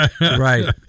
right